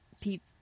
Pete